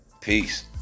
Peace